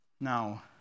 Now